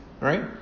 right